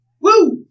Woo